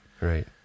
right